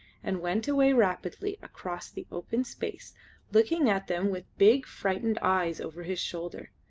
and went away rapidly across the open space looking at them with big, frightened eyes over his shoulder.